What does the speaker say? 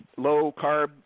low-carb